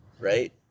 Right